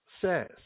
says